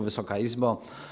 Wysoka Izbo!